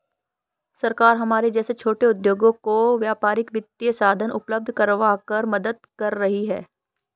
सरकार हमारे जैसे छोटे उद्योगों को व्यापारिक वित्तीय साधन उपल्ब्ध करवाकर मदद कर रही है